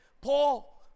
Paul